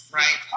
right